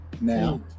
now